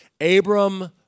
Abram